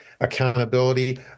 accountability